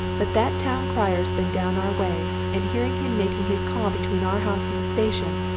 but that town-crier's been down our way, and hearing him making his call between our house and the station,